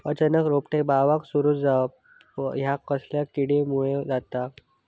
अचानक रोपटे बावाक सुरू जवाप हया कसल्या किडीमुळे जाता?